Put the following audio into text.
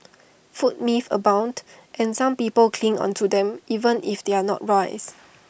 food myths abound and some people cling onto them even if they are not wise